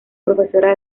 profesora